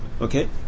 Okay